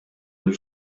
lill